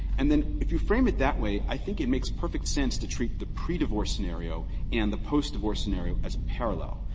and then if you frame it that way, i think it makes perfect sense to treat the pre-divorce scenario and the post-divorce scenario as parallel.